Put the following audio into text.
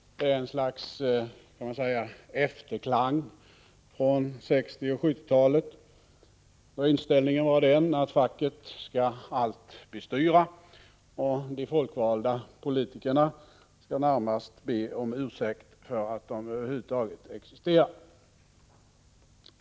Det är ett slags efterklang från 1960 och 1970 talen, då inställningen var att facket skulle allt bestyra och de folkvalda politikerna närmast hade att be om ursäkt för att de över huvud taget existerade.